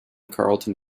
carlton